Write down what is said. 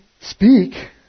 speak